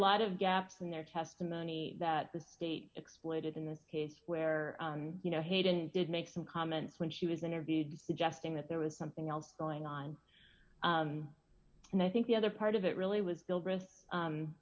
lot of gaps in their testimony that the state exploited in this case where you know hayden did make some comments when she was interviewed suggesting that there was something else going on and i think the other part of it really was bill gris